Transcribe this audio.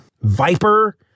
Viper